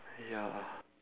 ya